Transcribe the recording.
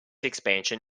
expansion